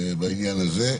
בעניין הזה.